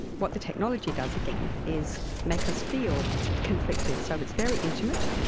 what the technology does again is make us feel conflicted, so it's very intimate,